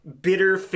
Bitter